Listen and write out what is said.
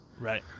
Right